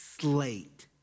slate